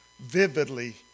vividly